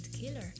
killer